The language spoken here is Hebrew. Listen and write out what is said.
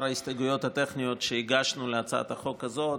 ההסתייגויות הטכניות שהגשנו להצעת החוק הזאת,